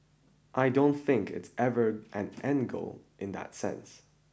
I don't think it's ever an end goal in that sense